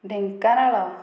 Dhenkanal